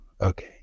Okay